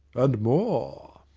and more.